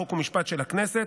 חוק ומשפט של הכנסת,